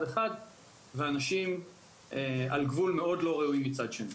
אחד ואנשים על גבול מאוד לא ראוי מצד שני.